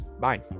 bye